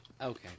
Okay